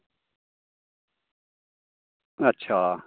अच्छा